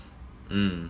mm